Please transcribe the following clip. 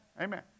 Amen